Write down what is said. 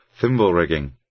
thimble-rigging